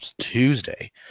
Tuesday